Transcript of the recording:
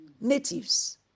natives